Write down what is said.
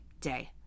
day